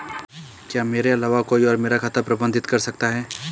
क्या मेरे अलावा कोई और मेरा खाता प्रबंधित कर सकता है?